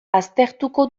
aztertuko